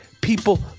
people